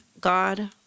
God